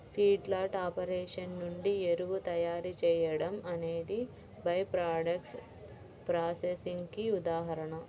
feedlot operation నుండి ఎరువు తయారీ చేయడం అనేది బై ప్రాడక్ట్స్ ప్రాసెసింగ్ కి ఉదాహరణ